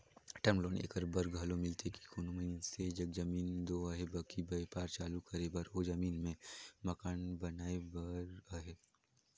term loan एकर बर घलो मिलथे कि कोनो मइनसे जग जमीन दो अहे बकि बयपार चालू करे बर ओ जमीन में मकान बनाए बर अहे